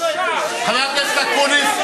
בושה, חבר הכנסת אקוניס.